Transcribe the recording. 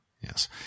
Yes